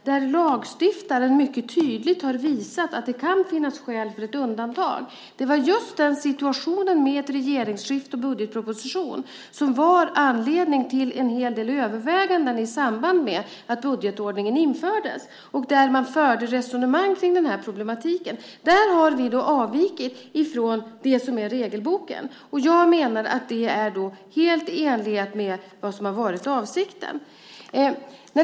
Där har lagstiftaren mycket tydligt visat att det kan finnas skäl för undantag. Det var just situationen med regeringsskifte och budgetproposition som var anledningen till en hel del överväganden i samband med att budgetordningen infördes och det fördes också resonemang kring den problematiken. Där har vi avvikit från regelboken, och jag menar att det är helt i enlighet med vad som varit avsikten.